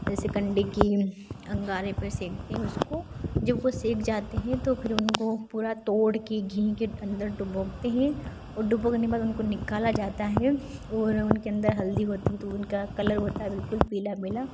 ऐसे कंडे की अंगारे पर सेकते हैं उसको जब वह सेक जाते हैं तो फिर उनको पूरा तोड़ कर घी के अंदर डूबोते हैं और डूबोने के बाद उनको निकाला जाता है और उनके अंदर हल्दी होती है तो उनका कलर होता है बिल्कुल पीला पीला